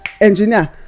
engineer